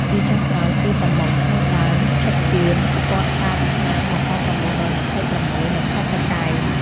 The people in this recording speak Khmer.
ជាចុងក្រោយគឺ តាម៉ុក (ឈ្មោះដើម ឈិត ជឿន) គាត់កើតឆ្នាំ១៩២៦ នៅខេត្តតាកែវ ។